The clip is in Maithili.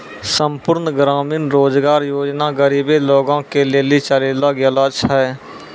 संपूर्ण ग्रामीण रोजगार योजना गरीबे लोगो के लेली चलैलो गेलो छै